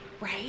right